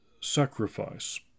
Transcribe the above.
sacrifice